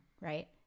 right